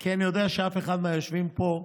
כי אני יודע שאף אחד מהיושבים פה,